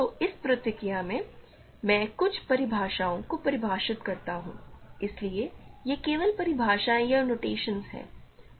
तो इस प्रक्रिया में मैं कुछ परिभाषाओं को परिभाषित करता हूं इसलिए ये केवल परिभाषाएं या नोटेशन्स हैं